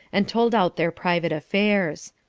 and told out their private affairs.